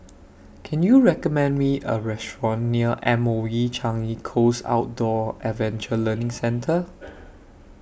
Can YOU recommend Me A Restaurant near M O E Changi Coast Outdoor Adventure Learning Centre